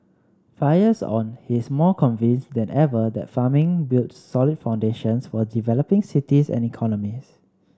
five years on he is more convinced than ever that farming builds solid foundations for developing cities and economies